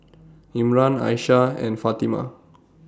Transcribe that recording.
Imran Aisyah and Fatimah